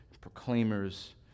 proclaimers